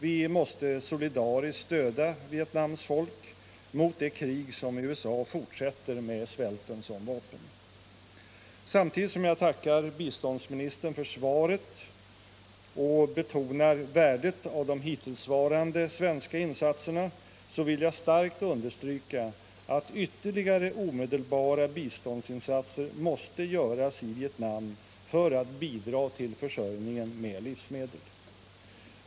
Vi måste solidariskt stödja Vietnams folk mot det krig som USA fortsätter med svälten som vapen. Samtidigt som jag tackar biståndsministern för svaret och betonar värdet av de hittillsvarande svenska insatserna vill jag starkt understryka att ytterligare omedelbara biståndsinsatser måste göras i Vietnam för att bidra till försörjningen med livsmedel.